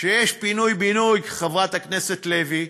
כשיש פינוי-בינוי, חברת הכנסת לוי,